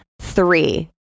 three